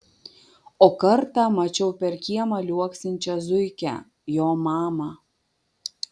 o kartą mačiau per kiemą liuoksinčią zuikę jo mamą